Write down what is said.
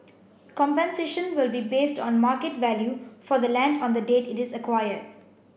compensation will be based on market value for the land on the date it is acquired